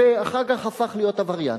ואחר כך הפך להיות עבריין,